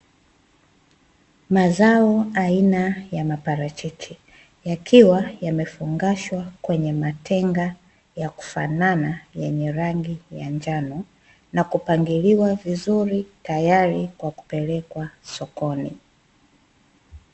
Mazao aina ya maparachichi, yakiwa yamefungashwa kwenye matenga ya kufanana yenye rangi ya njano, na kupangiliwa vizuri tayari kwa kupelekwa sokoni.